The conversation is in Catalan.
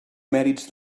mèrits